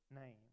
name